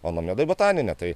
o nomedai botaninė tai